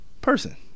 person